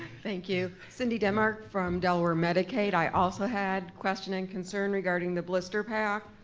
thank you, cindy demark from delaware medicaid, i also had question and concern regarding the blister pack.